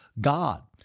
God